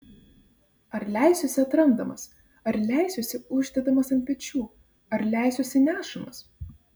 ar leisiuosi atrandamas ar leisiuosi uždedamas ant pečių ar leisiuosi nešamas